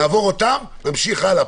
נעבור אותן נמשיך הלאה.